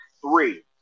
three